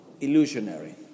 illusionary